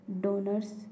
donors